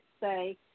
say